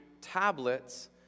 tablets